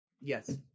Yes